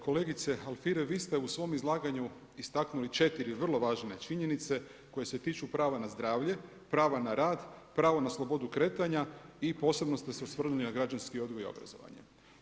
Kolegice Alfirev, vi ste u svom izlaganju istaknuli četiri vrlo važne činjenice koje se tiču prava na zdravlje, prava na rad, pravo na slobodu kretanja i posebno ste se osvrnuli na građanski odgoj i obrazovanje.